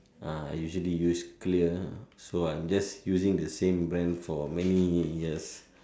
ah I usually use Clear so I'm just using the same brand for many years